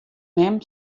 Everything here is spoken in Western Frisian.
mem